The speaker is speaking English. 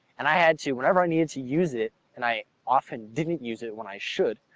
and i had to whenever i needed to use it, and i often didn't use it when i should,